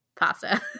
pasta